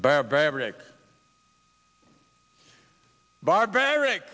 barbaric barbaric